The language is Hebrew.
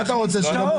10:00)